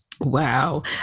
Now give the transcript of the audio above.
Wow